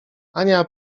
ania